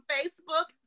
Facebook